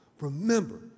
remember